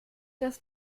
das